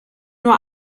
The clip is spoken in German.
nur